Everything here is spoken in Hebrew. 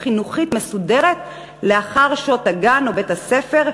חינוכית מסודרת לאחר שעות הגן או בית-הספר,